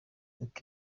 uko